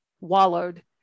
wallowed